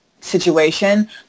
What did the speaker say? situation